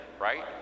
right